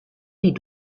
die